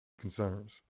concerns